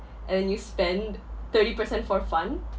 and then you spend thirty percent for fun